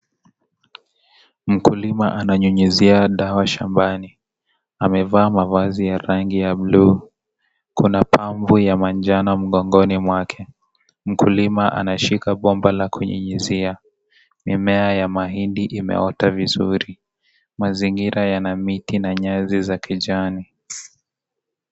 Mkulima ananyunyizia dawa shambani, amevaa mavazi ya rangi ya buluu. Kuna pampu ya manjano mgongoni mwake. Mkulima anashika bomba la kunyizia, mimea ya mahindi imeota vizuri. Mazingira yana miti na nyasi ya kijani.